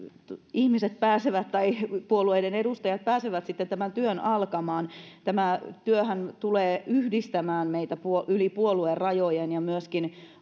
ihmiset tai puolueiden edustajat pääsevät tämän työn alkamaan tämä työhän tulee yhdistämään meitä yli puoluerajojen myöskin